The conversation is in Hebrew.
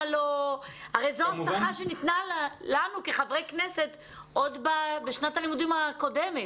הרי זו הבטחה שניתנה לנו כחברי כנסת עוד בשנת הלימודים הקודמת.